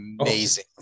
amazing